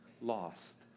lost